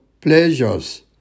pleasures